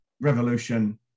Revolution